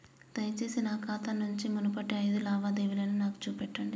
దయచేసి నా ఖాతా నుంచి మునుపటి ఐదు లావాదేవీలను నాకు చూపెట్టండి